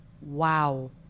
Wow